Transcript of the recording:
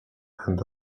and